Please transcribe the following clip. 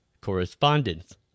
correspondence